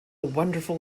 wonderful